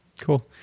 Cool